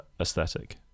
aesthetic